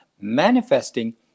manifesting